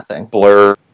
blur